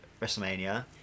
WrestleMania